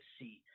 see